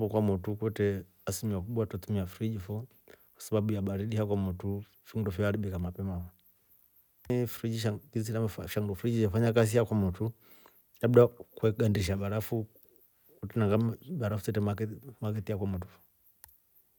Ha kwamotru kwtre asilimia kubwa twetumia friji fo kwasababu baridi ha kwamotru finndo fya haribika mapema fo, shandu friji le fanya kasi ha kwamotru labda igandisha barafu na barafu stre maketi maketi ha kwamotru fo.